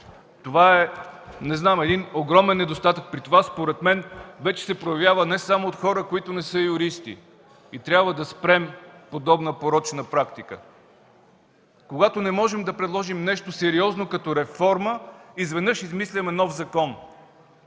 Това е един огромен недостатък, при това според мен вече се проявява не само от хора, които не са юристи! Трябва да спрем подобна порочна практика. Когато не можем да предложим нещо сериозно като реформа, изведнъж измисляме нов закон,